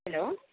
hello